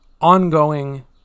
ongoing